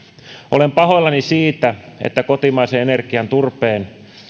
olen pahoillani siitä että kotimaisen energian turpeen